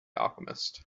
alchemist